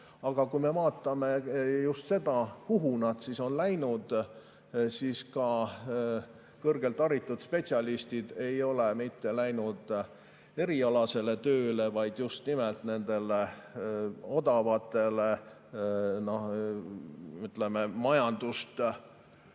Aga kui me vaatame just seda, kuhu nad on [tööle] läinud, siis ka kõrgelt haritud spetsialistid ei ole läinud erialasele tööle, vaid just nimelt nendele odavatele ja majandust